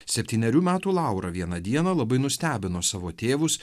septynerių metų laura vieną dieną labai nustebino savo tėvus